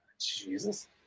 Jesus